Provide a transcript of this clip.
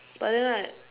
but then like